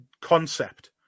concept